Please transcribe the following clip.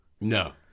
No